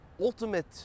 ultimate